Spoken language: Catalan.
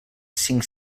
cinc